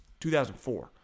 2004